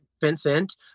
Vincent